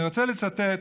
אני רוצה לצטט